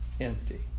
empty